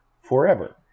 forever